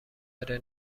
داره